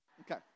Okay